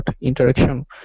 interaction